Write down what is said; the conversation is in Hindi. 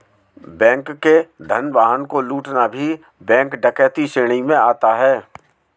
बैंक के धन वाहन को लूटना भी बैंक डकैती श्रेणी में आता है